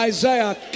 Isaiah